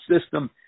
system